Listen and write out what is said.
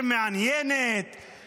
מעניינת יותר?